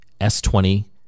S20